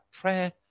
prayer